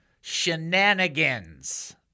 Shenanigans